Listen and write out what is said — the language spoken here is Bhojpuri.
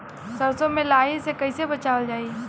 सरसो में लाही से कईसे बचावल जाई?